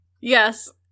Yes